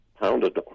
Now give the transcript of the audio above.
pounded